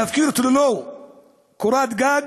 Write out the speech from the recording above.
להפקיר אותו ללא קורת גג?